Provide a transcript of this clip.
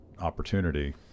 opportunity